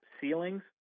ceilings